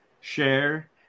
share